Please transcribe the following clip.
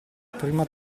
prima